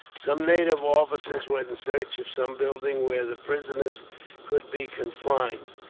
some native officers went in search of some building where the prisoners could be confined,